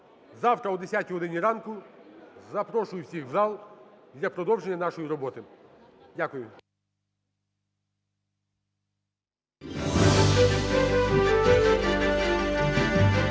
Завтра о 10 годині ранку запрошую всіх в зал для продовження нашої роботи. Дякую.